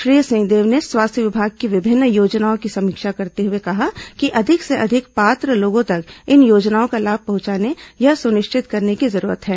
श्री सिंहदेव ने स्वास्थ्य विभाग की विभिन्न योजनाओं की समीक्षा करते हुए कहा कि अधिक से अधिक पात्र लोगों तक इन योजनाओं का लाभ पहुंचे यह सुनिश्चित करने की जरूरत है